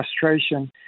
frustration